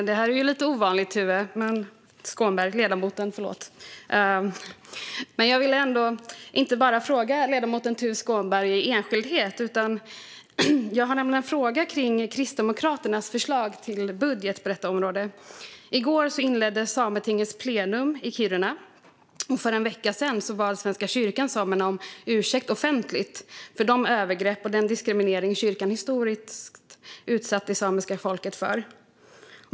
Herr talman! Jag vill inte bara fråga ledamoten Tuve Skånberg i enskildhet, utan jag har en fråga som jag vill ställa här om Kristdemokraternas förslag till budget på detta område. I går inleddes Sametingets plenum i Kiruna. För en vecka sedan bad Svenska kyrkan samerna om ursäkt offentligt för de övergrepp och den diskriminering som kyrkan historiskt utsatt det samiska folket för.